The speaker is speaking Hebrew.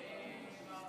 משה,